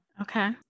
Okay